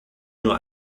nur